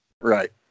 Right